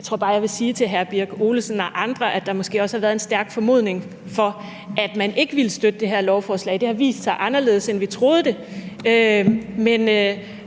Jeg tror bare, jeg vil sige til hr. Ole Birk Olesen og andre, at der måske også har været en stærk formodning for, at man ikke ville støtte det her lovforslag, og det har vist sig anderledes, end vi troede det.